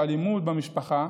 "אלימות במשפחה",